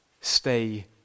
stay